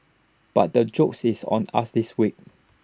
but the jokes is on us this week